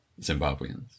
Zimbabweans